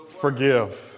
Forgive